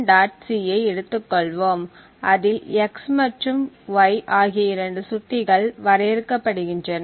c ஐ எடுத்துக்கொள்வோம் அதில் x மற்றும் y ஆகிய இரண்டு சுட்டிகள் வரையறுக்கப்படுகின்றன